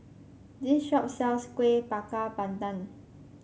this shop sells Kueh Bakar Pandan